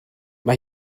mae